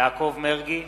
יעקב מרגי,